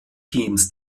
teams